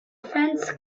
fence